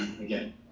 Again